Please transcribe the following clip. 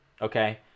Okay